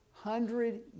hundred